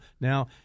Now